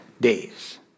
days